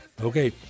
Okay